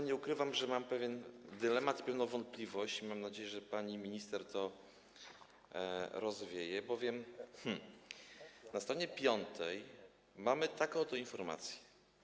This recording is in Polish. Nie ukrywam, że mam pewien dylemat i pewną wątpliwość i mam nadzieję, że pani minister to rozwieje, bowiem na str. 5 mamy taką oto informację: